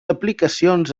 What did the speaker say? aplicacions